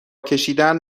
کشیدن